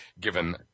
given